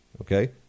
Okay